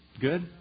good